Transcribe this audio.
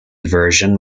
version